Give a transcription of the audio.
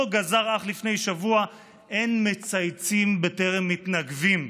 גזר אך לפני שבוע: אין מצייצים בטרם מתנגבים.